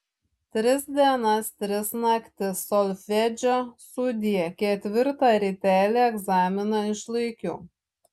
tris dienas tris naktis solfedžio sudie ketvirtą rytelį egzaminą išlaikiau